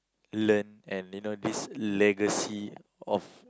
learn and you know this legacy of